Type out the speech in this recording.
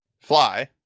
Fly